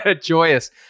Joyous